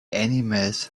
animals